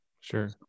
Sure